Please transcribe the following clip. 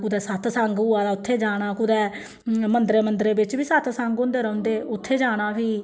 कुतै सतसंग होआ दा उत्थै जाना कुतै मंदरें मुंदरें बिच्च बी सतसंग होंदे रौंह्दे उत्थै जाना फ्ही